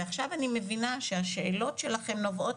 ועכשיו אני מבינה שהשאלות שלכם נובעות